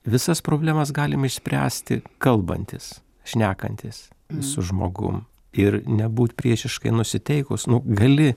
visas problemas galim išspręsti kalbantis šnekantis su žmogum ir nebūt priešiškai nusiteikus nu gali